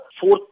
fourth